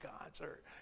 concert